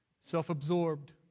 self-absorbed